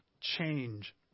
change